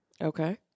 Okay